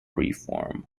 reform